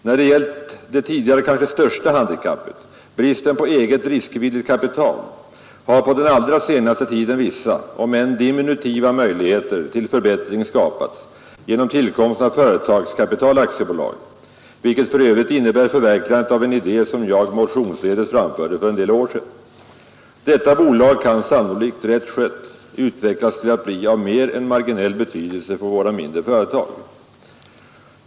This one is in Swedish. När det gällt det tidigare kanske största handikappet, bristen på eget riskvilligt kapital, har på den allra senaste tiden vissa, om än diminutiva, möjligheter till förbättring skapats genom tillkomsten av Företagskapital AB, vilket för övrigt innebär förverkligandet av en idé, som jag motionsledes framförde för en del år sedan. Detta bolag kan sannolikt — rätt skött — utvecklas till att bli av mer än marginell betydelse för våra mindre företag.